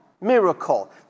miracle